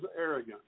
arrogant